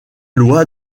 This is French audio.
loi